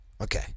Okay